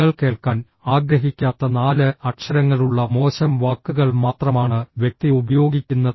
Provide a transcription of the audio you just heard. നിങ്ങൾ കേൾക്കാൻ ആഗ്രഹിക്കാത്ത നാല് അക്ഷരങ്ങളുള്ള മോശം വാക്കുകൾ മാത്രമാണ് വ്യക്തി ഉപയോഗിക്കുന്നത്